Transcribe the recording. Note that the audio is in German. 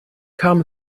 kam